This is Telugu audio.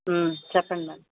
చెప్పండి మ్యాడం